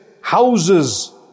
Houses